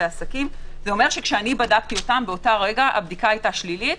בעסקים הבדיקה היתה שלילית,